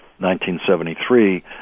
1973